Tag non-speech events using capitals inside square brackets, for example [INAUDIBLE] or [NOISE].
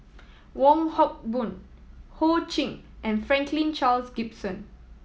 Wong Hock Boon Ho Ching and Franklin Charles [UNINTELLIGIBLE]